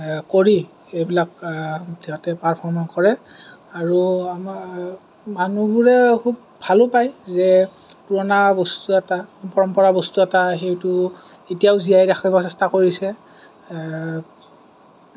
কৰি এইবিলাক সিহঁতে পাৰ্ফমো কৰে আৰু আমাৰ মানুহবোৰে খুব ভালো পায় যে পুৰণা বস্তু এটা পৰম্পৰা বস্তু এটা সেইটো এতিয়াও জীয়াই ৰাখিব চেষ্টা কৰিছে